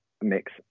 Mix